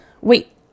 Wait